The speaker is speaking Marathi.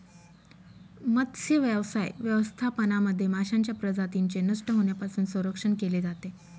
मत्स्यव्यवसाय व्यवस्थापनामध्ये माशांच्या प्रजातींचे नष्ट होण्यापासून संरक्षण केले जाते